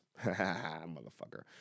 motherfucker